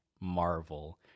Marvel